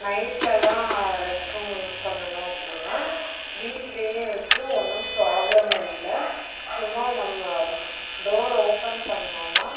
நைட்லெலாம் rest room use பண்ணணும் அப்படினால் வீட்டிலயே இருக்குது ஒன்றும் ப்ராப்ளம் இல்லை சும்மா நம்ம டோர் ஓப்பன் பண்ணிணோம்ன்னா